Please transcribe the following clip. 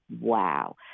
wow